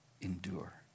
endure